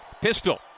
Pistol